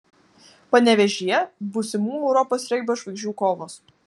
panevėžyje būsimų europos regbio žvaigždžių kovos